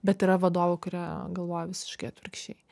bet yra vadovų kurie galvoja visiškai atvirkščiai